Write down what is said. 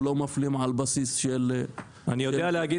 שלא מפלים על בסיס של --- אני לא יודע להגיד